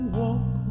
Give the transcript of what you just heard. walk